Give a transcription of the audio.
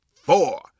four